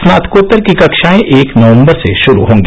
स्नातकोत्तर की कक्षाएं एक नवम्बर से शुरू होंगी